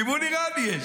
מימון איראני יש.